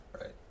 Right